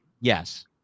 Yes